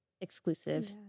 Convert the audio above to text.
exclusive